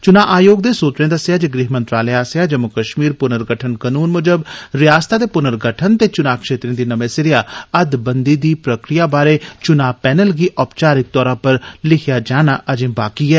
चुना आयोग दे सूत्रे दस्सेआ जे गृह मंत्रालय आस्सेआ जम्मू कश्मीर पुनर्गठन कनून मुजब रयासतै दे पुनर्गठन ते चुना क्षेत्रे दी नमें सिरेआ हदबंदी दी प्रक्रिया बारै चुना पैनल गी औपचारिक तौरा पर लिखेआ जाना अजे बाकी ऐ